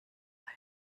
lie